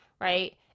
right